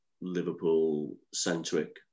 Liverpool-centric